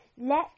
Let